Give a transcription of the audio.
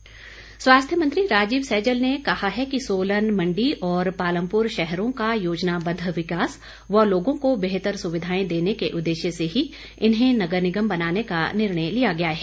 सैजल स्वास्थ्य मंत्री राजीव सैजल ने कहा है कि सोलन मंडी और पालमपुर शहरों का योजनाबद्द विकास व लोगों को बेहतर सुविधाएं देने के उदेश्य से ही इन्हें नगर निगम बनाने का निर्णय लिया गया है